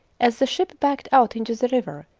as the ship backed out into the river,